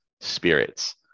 spirits